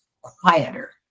quieter